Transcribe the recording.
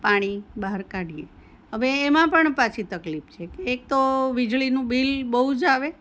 પાણી બહાર કાઢીએ હવે એમાં પણ પાછી તકલીફ છે એક તો વિજળીનું બીલ બહુ જ આવે